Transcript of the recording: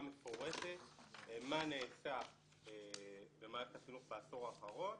מפורטת מה נעשה במערכת החינוך בעשור האחרון.